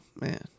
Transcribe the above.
man